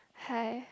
hi